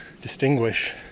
distinguish